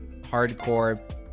hardcore